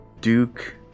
duke